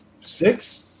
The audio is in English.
six